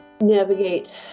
navigate